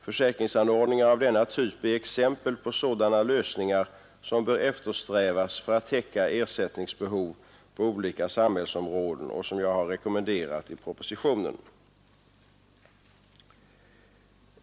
Försäkringsanordningar av denna typ är exempel på sådana lösningar som bör eftersträvas för att täcka ersättningsbehov på olika samhällsområden och som jag har rekommenderat i propositionen.